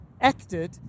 acted